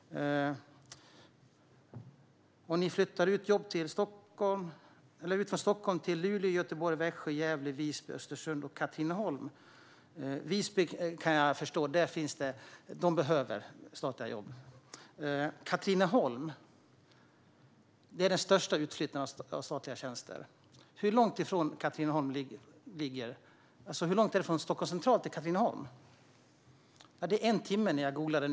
Ni flyttar ut jobb från Stockholm till Luleå, Göteborg, Växjö, Gävle, Visby, Östersund och Katrineholm. Visby kan jag förstå - de behöver statliga jobb. Men varför Katrineholm, dit den största utflyttningen av statliga tjänster sker? Hur långt är det från Stockholms central till Katrineholm? Det tar en timme med tåg, såg jag när jag googlade.